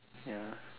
ya